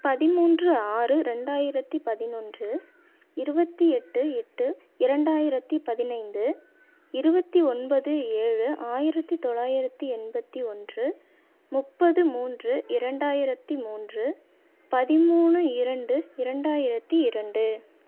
பதிமூன்று ஆறு ரெண்டாயிரத்தி பதினொன்று இருபத்தி எட்டு எட்டு இரண்டாயிரத்தி பதினைந்து இருபத்தி ஒன்பது ஏழு ஆயிரத்தி தொள்ளாயிரத்தி எண்பத்தி ஒன்று முப்பது மூன்று இரண்டாயிரத்தி மூன்று பதிமூணு இரண்டு இரண்டாயிரத்தி இரண்டு